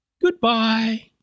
Goodbye